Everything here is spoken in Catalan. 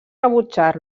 rebutjar